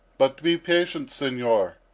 but be patient, senor,